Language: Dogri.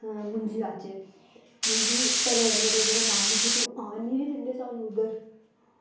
ते मुंजी लाचै ते पर मेरे जेह्ड़े मामें हे ओह् आन निं दिंदे हे उद्धर